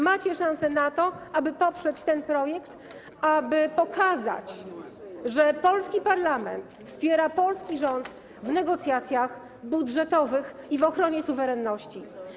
Macie szansę na to, aby poprzeć ten projekt, aby pokazać, że polski parlament wspiera polski rząd w negocjacjach budżetowych i w ochronie suwerenności.